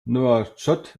nouakchott